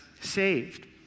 saved